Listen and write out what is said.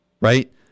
right